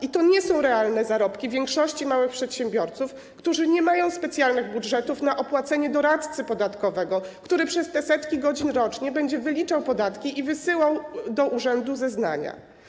I to nie są realne zarobki większości małych przedsiębiorców, którzy nie mają specjalnych budżetów na opłacenie doradcy podatkowego, który przez te setki godzin rocznie będzie wyliczał podatki i wysyłał do urzędu zeznania.